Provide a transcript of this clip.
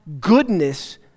goodness